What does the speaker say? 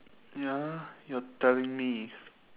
ya you are telling me